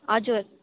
हजुर